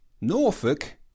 Norfolk